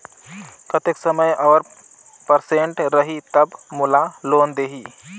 कतेक समय और परसेंट रही तब मोला लोन देही?